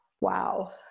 wow